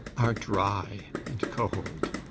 are dry and cold